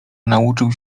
nauczył